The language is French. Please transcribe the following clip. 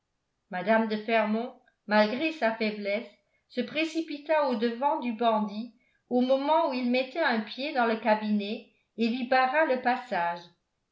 mme de fermont malgré sa faiblesse se précipita au-devant du bandit au moment où il mettait un pied dans le cabinet et lui barra le passage